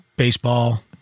Baseball